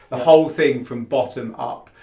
the whole thing from bottom up.